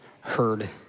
heard